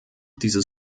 dieses